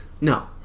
No